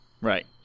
Right